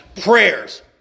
Prayers